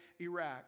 Iraq